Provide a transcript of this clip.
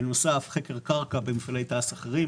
בנוסף נערך חקר קרקע במפעלי תע"ש אחרים